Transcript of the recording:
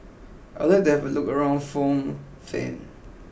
I like they have look around Phnom Penh